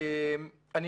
אני